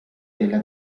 della